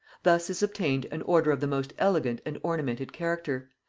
thus is obtained an order of the most elegant and ornamented character,